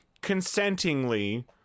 consentingly